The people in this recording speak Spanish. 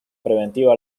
preventiva